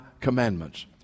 commandments